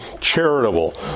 charitable